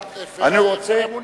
הפרת אמונים.